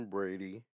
Brady